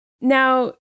Now